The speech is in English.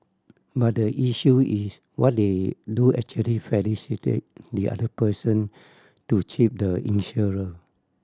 but the issue is what they do actually the other person to cheat the insurer